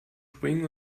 springen